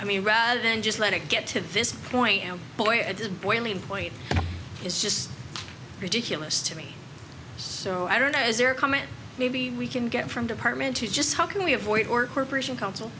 i mean rather than just let it get to this point boy at the boiling point is just ridiculous to me so i don't know is there a comment maybe we can get from department to just how can we avoid or corporation council